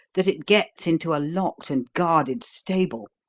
that it gets into a locked and guarded stable,